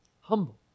Humble